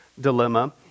dilemma